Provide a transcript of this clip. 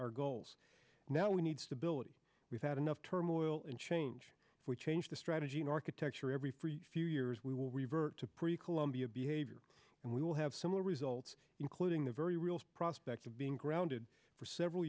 our goals now we need stability without enough turmoil and change if we change the strategy architecture every few years we will revert to pre columbian behavior and we will have similar results including the very real prospect of being grounded for several